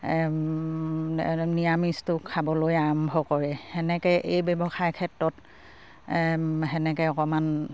নিৰামিষটো খাবলৈ আৰম্ভ কৰে সেনেকে এই ব্যৱসায় ক্ষেত্ৰত সেনেকে অকমান